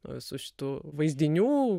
nuo visų šitų vaizdinių